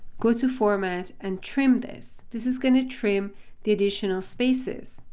go to format and trim this. this is going to trim the additional spaces.